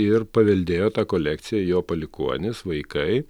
ir paveldėjo tą kolekciją jo palikuonys vaikai